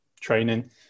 training